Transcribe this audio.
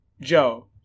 Joe